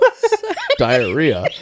Diarrhea